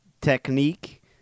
technique